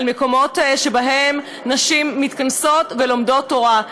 על מקומות שבהם נשים מתכנסות ולומדות תורה.